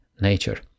nature